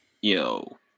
Yo